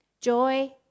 joy